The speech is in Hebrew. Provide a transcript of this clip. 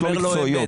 אתה אומר לא אמת.